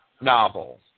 novel